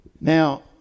now